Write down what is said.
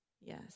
Yes